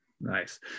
Nice